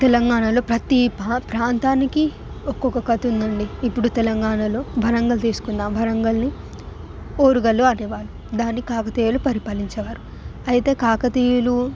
తెలంగాణలో ప్రతిభ ప్రాంతానికి ఒక్కొక్క కథ ఉందండి ఇప్పుడు తెలంగాణలో వరంగల్ తీసుకుందాం వరంగల్ ఓరుగల్లు అనే వారు దాన్ని కాకతీయులు పరిపాలించేవారు అయితే కాకతీయులు